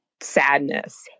sadness